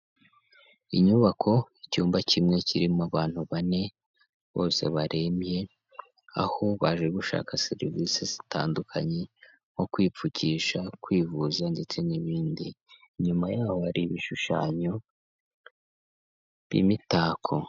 Inyubako, icyumba kimwe kirimo abantu bane bose barembye aho baje gushaka serivisi zitandukanye, nko kwipfukisha, kwivuza ndetse n'ibindi, inyuma yaho hari ibishushanyo n'imitako.